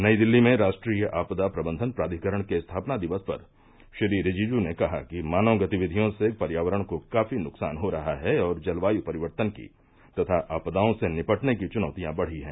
नई दिल्ली में राष्ट्रीय आपदा प्रबंघन प्राधिकरण के स्थापना दिवस पर श्री रिजिजू ने कहा कि मानव गतिविधियों से पर्यावरण को काफी नुकसान हो रहा है और जलवायु परिवर्तन की तथा आपदाओं से निपटने की चुनौतियां बढ़ी हैं